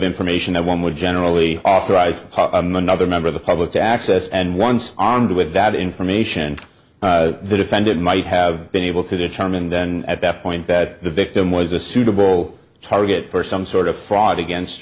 information that one would generally authorize another member of the public to access and once on do with that information the defendant might have been able to determine then at that point that the victim was a suitable target for some sort of fraud against